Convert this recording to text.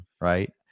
right